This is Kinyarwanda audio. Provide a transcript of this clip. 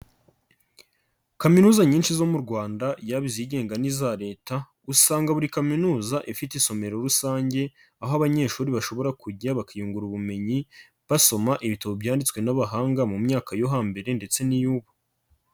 Kaminuza nyinshi zo mu Rwanda yaba izigenga n'iza Leta, usanga buri kaminuza ifite isomero rusange, aho abanyeshuri bashobora kujya bakiyungura ubumenyi, basoma ibitabo byanditswe n'abahanga mu myaka yo hambere ndetse n'iy'ubu.